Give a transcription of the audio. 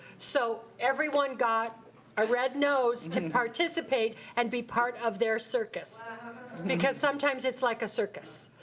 so everyone got a red nose to participate and be part of their circus because sometimes it's like a circus.